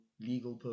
legal